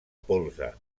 polze